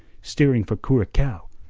steering for curacao.